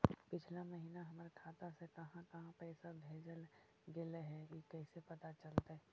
पिछला महिना हमर खाता से काहां काहां पैसा भेजल गेले हे इ कैसे पता चलतै?